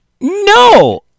No